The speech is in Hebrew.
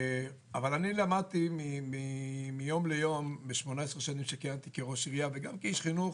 אבל מתוך 18 שנים שכיהנתי כראש עירייה וגם כאיש חינוך,